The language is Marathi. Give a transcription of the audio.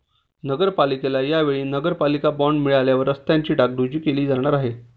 नगरपालिकेला या वेळी नगरपालिका बॉंड मिळाल्यावर रस्त्यांची डागडुजी केली जाणार आहे